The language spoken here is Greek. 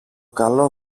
καλό